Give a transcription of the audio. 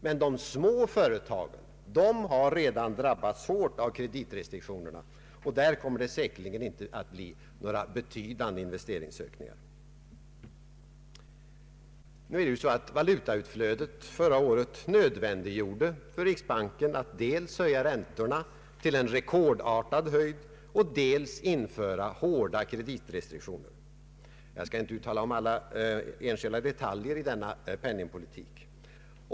Men de små företagen har redan drabbats hårt av kreditrestriktionerna, och där kommer det säkerligen inte att bli några betydande investeringsökningar. Valutautflödet under förra året nödvändiggjorde för riksbanken att dels höja räntorna till en rekordartad höjd, dels införa hårda kreditrestriktioner. Jag skall inte uttala mig om alla enskilda detaljer i denna penningpolitik.